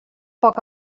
poc